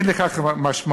אין לכך משמעות,